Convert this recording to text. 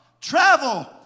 Travel